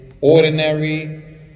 Ordinary